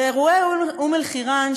אירועי אום-אלחיראן,